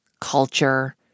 culture